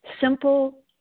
simple